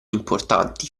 importanti